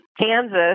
Kansas